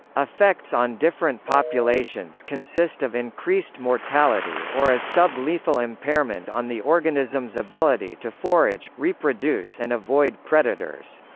effects on different populations consist of increased mortality or as sub-lethal impairment on the organisms' ability to forage, reproduce and avoid predators.